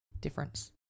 difference